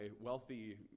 wealthy